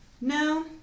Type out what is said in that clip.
No